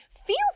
feels